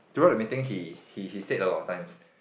throughout the meeting he he he said a lot of times